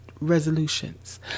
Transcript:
resolutions